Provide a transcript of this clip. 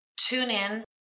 TuneIn